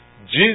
Jesus